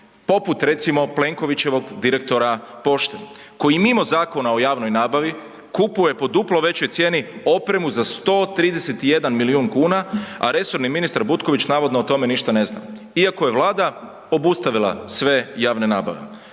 poput recimo Plenkovićevog direktora pošte koji mimo Zakona o javnoj nabavi kupuje po duploj većoj cijeni opremu za 131 milijun kuna, a resorni ministar Butković navodno o tome ništa ne zna, iako je Vlada obustavila sve javne nabave